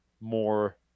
more